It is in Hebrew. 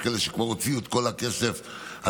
יש כאלה שכבר הוציאו את כל הכסף על